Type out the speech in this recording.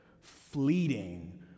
fleeting